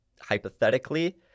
hypothetically